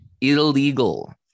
Illegal